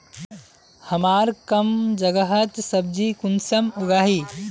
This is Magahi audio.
हमार कम जगहत सब्जी कुंसम उगाही?